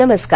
नमस्कार